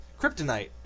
kryptonite